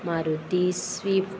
Maruti swift